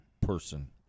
person